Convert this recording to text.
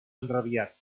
enrabiat